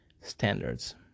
standards